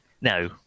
No